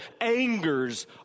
angers